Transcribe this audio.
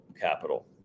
capital